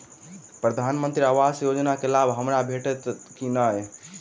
प्रधानमंत्री आवास योजना केँ लाभ हमरा भेटतय की नहि?